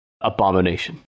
abomination